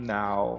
now